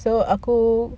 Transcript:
so aku